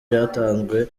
byatanzwe